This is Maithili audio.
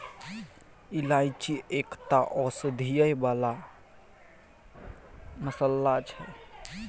इलायची एकटा औषधीय गुण बला मसल्ला छै